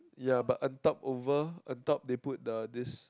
ya but I'm talk over a dog they the this